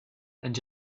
and